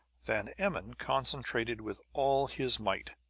van emmon concentrated with all his might.